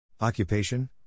Occupation